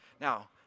Now